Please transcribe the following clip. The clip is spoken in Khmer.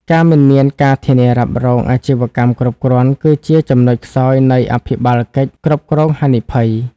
ការមិនមានការធានារ៉ាប់រងអាជីវកម្មគ្រប់គ្រាន់ គឺជាចំណុចខ្សោយនៃអភិបាលកិច្ចគ្រប់គ្រងហានិភ័យ។